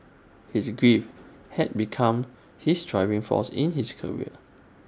his grief had become his driving force in his career